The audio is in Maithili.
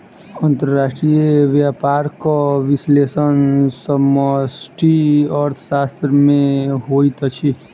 अंतर्राष्ट्रीय व्यापारक विश्लेषण समष्टि अर्थशास्त्र में होइत अछि